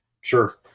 Sure